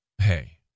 Hey